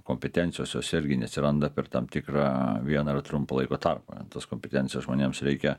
kompetencijos jos irgi neatsiranda per tam tikrą vieną ar trumpą laiko tarpą tas kompetencijas žmonėms reikia